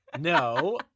No